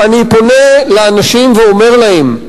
ואני פונה לאנשים ואומר להם: